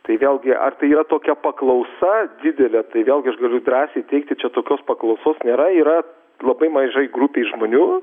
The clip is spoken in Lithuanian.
tai vėlgi apie jo tokia paklausa didelė tai vėlgi galiu drąsiai teigti čia tokios paklausos nėra yra labai mažai grupei žmonių